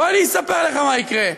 בוא אני אספר לך מה יקרה: